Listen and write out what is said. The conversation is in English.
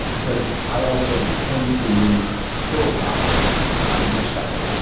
but i also tend to philosophically, from a design perspective,